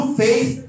faith